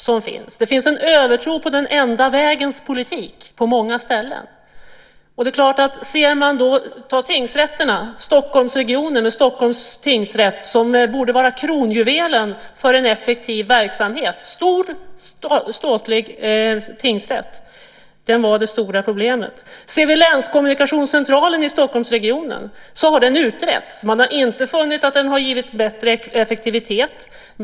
Det finns på många ställen en övertro på den enda vägens politik. Ta Stockholms tingsrätt, som borde vara kronjuvelen i en effektiv verksamhet - en stor, ståtlig tingsrätt! Den var det stora problemet. Länskommunikationscentralen i Stockholmsregionen har utretts. Man har inte funnit att den har givit bättre effektivitet.